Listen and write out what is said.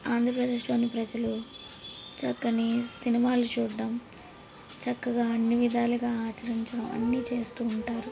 ఆంధ్రప్రదేశ్లోని ప్రజలు చక్కని సినిమాలు చూడడం చక్కగా అన్ని విధాలుగా ఆచరించడం అన్నీ చేస్తు ఉంటారు